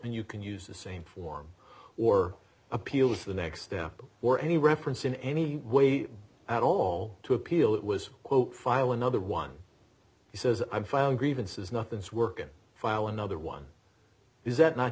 and you can use the same form or appeals the next step or any reference in any way at all to appeal it was quote file another one he says i found grievances nothing's working file another one is that not